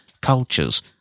cultures